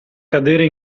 cadere